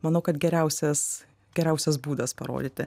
manau kad geriausias geriausias būdas parodyti